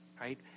Right